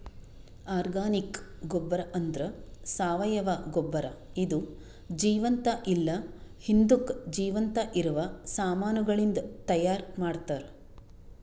organic ಗೊಬ್ಬರ ಅಂದ್ರ ಸಾವಯವ ಗೊಬ್ಬರ ಇದು ಜೀವಂತ ಇಲ್ಲ ಹಿಂದುಕ್ ಜೀವಂತ ಇರವ ಸಾಮಾನಗಳಿಂದ್ ತೈಯಾರ್ ಮಾಡ್ತರ್